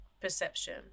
perception